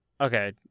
Okay